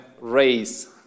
raise